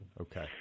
Okay